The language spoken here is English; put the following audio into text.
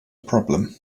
problem